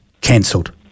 cancelled